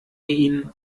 ihn